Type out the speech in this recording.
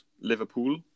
Liverpool